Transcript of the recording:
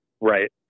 right